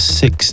six